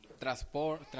transport